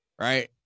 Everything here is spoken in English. right